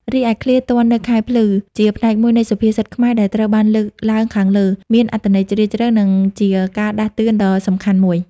រីឯ ឃ្លា ទាន់នៅខែភ្លឺ ជាផ្នែកមួយនៃសុភាសិតខ្មែរដែលត្រូវបានលើកឡើងខាងលើ មានអត្ថន័យជ្រាលជ្រៅ និងជាការដាស់តឿនដ៏សំខាន់មួយ។